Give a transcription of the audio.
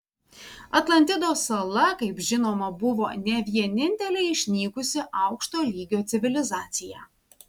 atlantidos sala kaip žinoma buvo ne vienintelė išnykusi aukšto lygio civilizacija